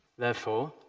therefore,